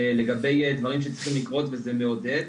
לגבי דברים שצריכים לקרות, וזה מעודד.